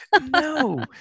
No